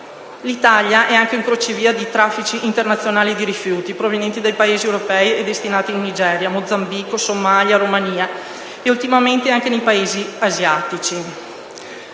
L'Italia è anche crocevia di traffici internazionali di rifiuti, provenienti dai Paesi europei e destinati in Nigeria, Mozambico, Somalia, Romania e ultimamente anche nei Paesi asiatici.